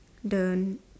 the